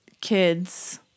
kids